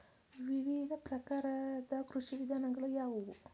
ವಿವಿಧ ಪ್ರಕಾರದ ಕೃಷಿ ವಿಧಾನಗಳು ಯಾವುವು?